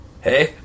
hey